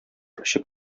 очып